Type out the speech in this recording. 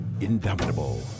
Indomitable